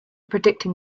predicting